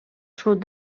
sud